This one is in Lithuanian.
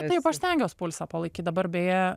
taip aš stengiuos pulsą palaikyt dabar beje